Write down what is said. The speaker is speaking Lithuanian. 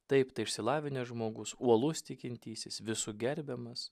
taip tai išsilavinęs žmogus uolus tikintysis visų gerbiamas